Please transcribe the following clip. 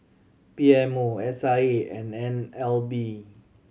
P M O S I A and N L B